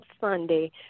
Sunday